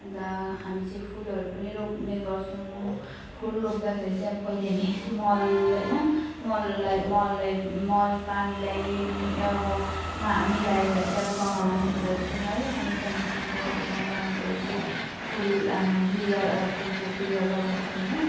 अन्त हामी चाहिँ फुलहरू पनि रोप्ने गर्छौँ फुल रोप्दाखेरि चाहिँ अब पहिले हामी मल होइन मललाई मललाई मल पानीलाई अब मा मिलाएर चाहिँ अब गमलामा भर्छौँ है अनि त्यहाँदेखिको अब गमलामा भरेपछि फुल बिरुवा फुलको बिरुवा लगाउँछौँ होइन